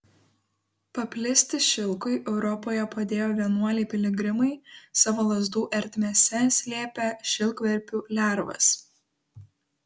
paplisti šilkui europoje padėjo vienuoliai piligrimai savo lazdų ertmėse slėpę šilkverpių lervas